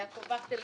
יעקב וכטל,